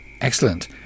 Excellent